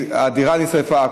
הדירה נשרפה,